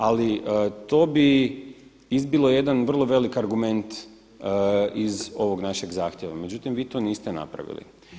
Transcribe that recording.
Ali to bi izbilo jedan vrlo velik argument iz ovog našeg zahtjeva, međutim vi to niste napravili.